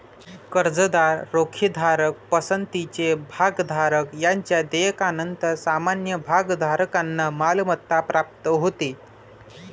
कर्जदार, रोखेधारक, पसंतीचे भागधारक यांच्या देयकानंतर सामान्य भागधारकांना मालमत्ता प्राप्त होते